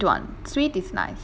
I tried the sweet [one] sweet is nice